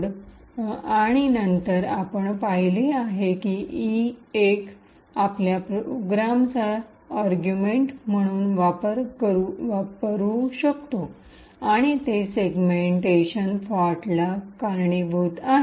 find payload आणि नंतर आपण पाहिले आहे की आपण E1 आपल्या प्रोग्रामचा युक्तिवाद अर्गुमेंट म्हणून वापरू शकतो आणि ते सेग्मेंटेशन फॉल्टला कारणीभूत आहे